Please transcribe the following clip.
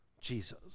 Jesus